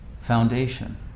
foundation